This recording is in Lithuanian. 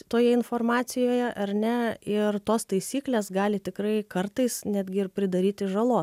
toje informacijoje ar ne ir tos taisyklės gali tikrai kartais netgi ir pridaryti žalos